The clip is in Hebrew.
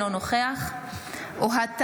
אינו נוכח אוהד טל,